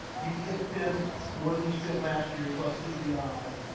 you can't spend more than you spent last year, plus cpi,